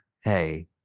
hey